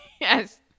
Yes